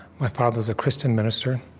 my father's a christian minister.